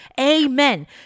Amen